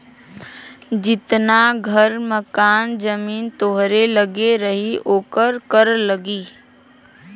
जितना घर मकान जमीन तोहरे लग्गे रही ओकर कर लगी